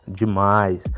demais